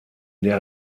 der